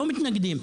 לא מתנגדים.